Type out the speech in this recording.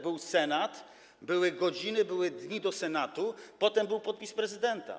Był Senat, były godziny, były dni do Senatu, potem był podpis prezydenta.